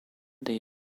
day